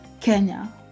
Kenya